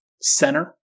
center